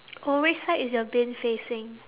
oh which side is your bin facing